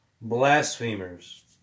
blasphemers